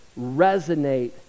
resonate